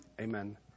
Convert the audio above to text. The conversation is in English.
Amen